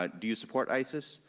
ah do you support isis?